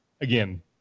again